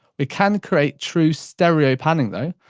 we can create true stereo panning though.